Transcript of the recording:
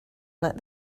let